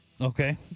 Okay